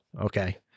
Okay